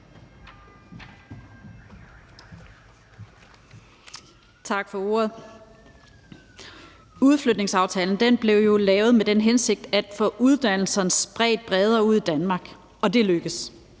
Tak for ordet. Udflytningsaftalen blev jo lavet med den hensigt at få uddannelserne spredt bredere ud i Danmark, og det lykkedes.